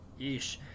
Yeesh